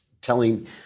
telling